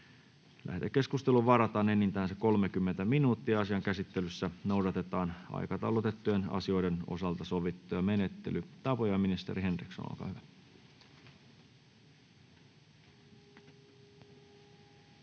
Lähetekeskusteluun varataan enintään 30 minuuttia. Asian käsittelyssä noudatetaan aikataulutettujen asioiden osalta sovittuja menettelytapoja. — Ministeri Henriksson, olkaa hyvä. [Speech